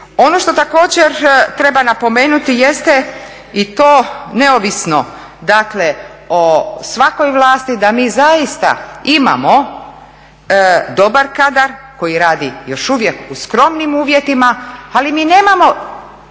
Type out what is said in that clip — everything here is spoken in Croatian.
Ono što također treba napomenuti jeste i to neovisno, dakle o svakoj vlasti da mi zaista imamo dobar kadar koji radi još uvijek u skromnim uvjetima, ali mi nemamo